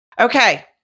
Okay